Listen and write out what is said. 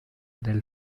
del